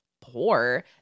poor